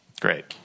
Great